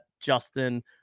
justin